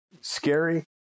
Scary